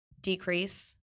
decrease